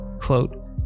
quote